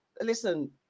listen